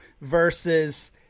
versus